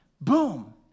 boom